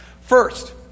First